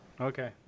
Okay